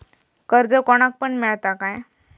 कर्ज कोणाक पण मेलता काय?